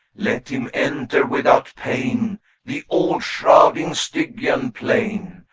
let him enter without pain the all-shrouding stygian plain.